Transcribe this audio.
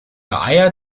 eier